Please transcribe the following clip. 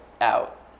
out